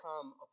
come